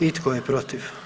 I tko je protiv?